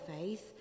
faith